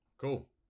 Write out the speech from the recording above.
Cool